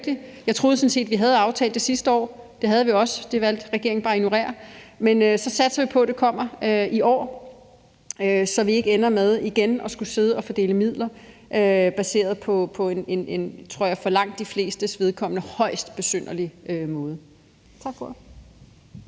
jeg troede sådan set, vi havde aftalt det sidste år, og det havde vi også, men det valgte regeringen bare at ignorere. Men så satser vi på, at det kommer i år, så vi ikke ender med igen at skulle sidde og fordele midler baseret på en måde, som, tror jeg, for langt de flestes vedkommende er højst besynderlig.